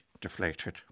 deflated